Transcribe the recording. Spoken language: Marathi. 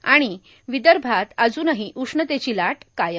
आणि विदर्भात अजूनही उष्णतेची लाट अद्याप कायम